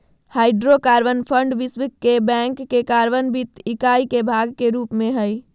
hydrocarbon fund विश्व bank के carbon वित्त इकाई के भाग के रूप में हइ